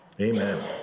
Amen